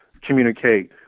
communicate